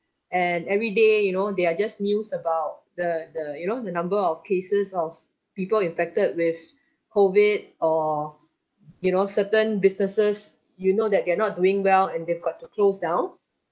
and every day you know there are just news about the the you know the number of cases of people infected with COVID or you know certain businesses you know that they're not doing well and they've got to close down